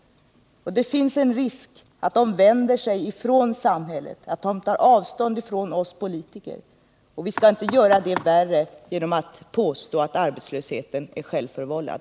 Det finns en risk att dessa ungdomar vänder sig bort från samhället och tar avstånd från oss politiker. Vi skall inte göra den risken större genom att påstå att deras arbetslöshet är självförvållad.